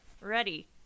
ready